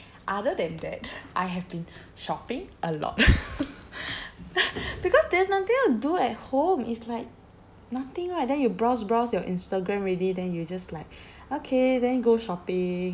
other than that I have been shopping a lot because there's nothing else to do at home it's like nothing right then you browse browse your instagram already then you just like okay then go shopping